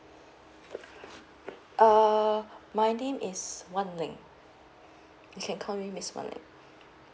uh my name is wan leng you can call me miss wan leng